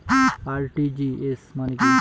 RTGS মানে কি?